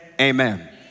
Amen